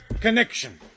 connection